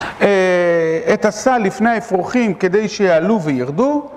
את הסל לפני האפרוחים כדי שיעלו וירדו